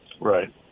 right